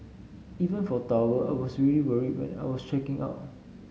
even for towel I was really worried when I was checking out